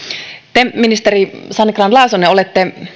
te ministeri sanni grahn laasonen olette